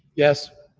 yes.